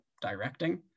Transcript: directing